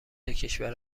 کشور